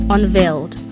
Unveiled